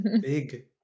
big